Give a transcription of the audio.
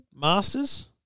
Masters